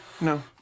no